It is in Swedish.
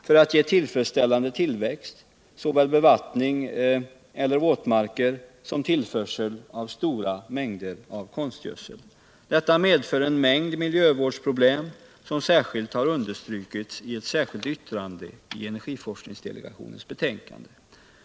För att ge tillfredsställande tillväxt kräver dessa odlingar såväl bevattning eller våtmark som tillförsel av stora mängder konstgödsel. Detta medför en mängd miljövårdsproblem, vilket understrukits i eu särskilt yttrande i energiforskningsdelegationens betänkande.